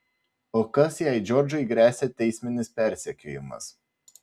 o kas jei džordžui gresia teisminis persekiojimas